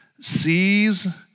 sees